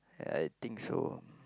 I think so